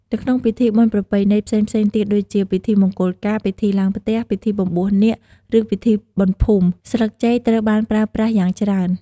នៅក្នុង ពិធីបុណ្យប្រពៃណី ផ្សេងៗទៀតដូចជា ពិធីមង្គលការ ពិធីឡើងផ្ទះ ពិធីបំបួសនាគ ឬពិធីបុណ្យភូមិ ស្លឹកចេកត្រូវបានប្រើប្រាស់យ៉ាងច្រើន។